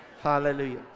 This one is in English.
hallelujah